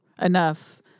enough